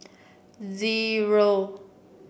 zero